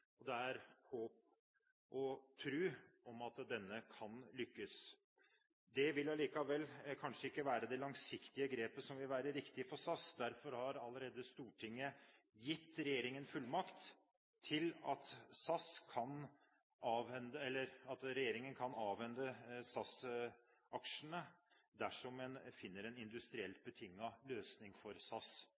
håp om og tro på at denne kan lykkes. Det vil likevel kanskje ikke være det langsiktige grepet som vil være riktig for SAS – derfor har Stortinget allerede gitt regjeringen fullmakt til å avhende SAS-aksjene dersom en finner en industriell betinget løsning for SAS.